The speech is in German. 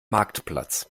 marktplatz